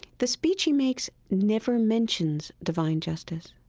the speech he makes never mentions divine justice.